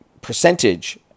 percentage